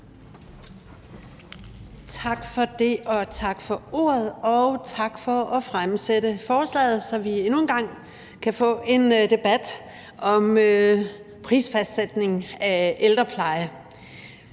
Tak for det. Tak for ordet. Og tak for at fremsætte beslutningsforslaget, så vi endnu en gang kan få en debat om prisfastsættelse af ældrepleje.